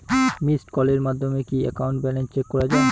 Missed কলের মাধ্যমে কি একাউন্ট ব্যালেন্স চেক করা যায়?